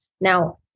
Now